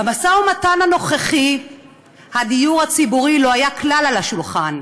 במשא-ומתן הנוכחי הדיור הציבורי לא היה כלל על השולחן.